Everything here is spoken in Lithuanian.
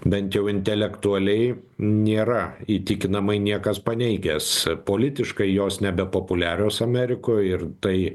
bent jau intelektualiai nėra įtikinamai niekas paneigęs politiškai jos nebepopuliarios amerikoj ir tai